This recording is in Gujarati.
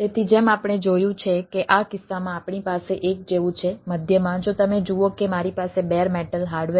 તેથી જેમ આપણે જોયું છે કે આ કિસ્સામાં આપણી પાસે એક જેવું છે મધ્યમાં જો તમે જુઓ કે મારી પાસે બેર મેટલ અને